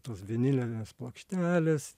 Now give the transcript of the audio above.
tos vinilinės plokštelės